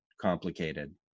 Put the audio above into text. complicated